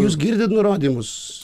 jūs girdit nurodymus